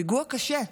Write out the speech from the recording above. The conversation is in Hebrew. פיגוע קשה.